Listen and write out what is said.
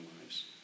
lives